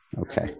Okay